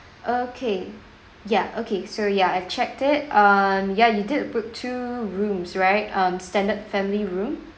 okay yup okay so ya I checked it um ya you did book two rooms right um standard family room